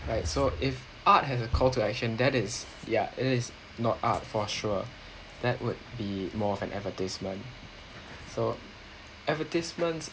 right so if art has a call to action that is yeah it is not art for sure that would be more of an advertisement so advertisements